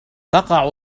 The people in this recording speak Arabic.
تقع